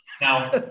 Now